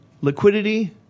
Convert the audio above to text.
liquidity